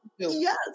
Yes